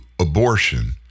abortion